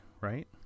right